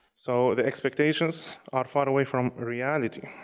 so, the expectations are far away from reality.